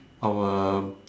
our